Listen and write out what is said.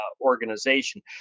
organization